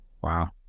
Wow